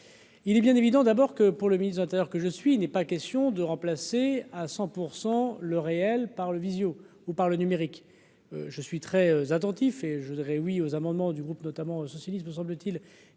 Il est bien évident d'abord que pour le ministre de l'Intérieur, que je suis n'est pas question de remplacer à 100 pour 100 le réel par le visio-ou par le numérique, je suis très attentif et je voudrais oui aux amendements du groupe, notamment socialiste me semble-t-il,